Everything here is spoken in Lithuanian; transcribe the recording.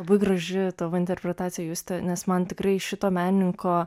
labai graži tavo interpretacija juste nes man tikrai šito menininko